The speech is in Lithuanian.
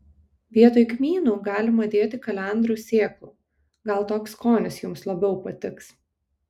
vietoj kmynų galima dėti kalendrų sėklų gal toks skonis jums labiau patiks